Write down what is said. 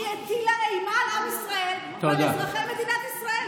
היא הטילה אימה על עם ישראל ועל אזרחי מדינת ישראל.